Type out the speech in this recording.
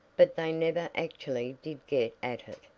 but they never actually did get at it.